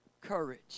courage